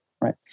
right